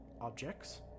objects